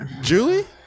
Julie